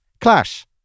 clash